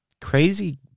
crazy